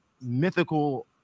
mythical